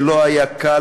זה לא היה קל.